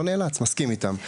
לא נאלץ, מסכים איתם.